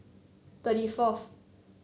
thirty fourth